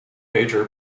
major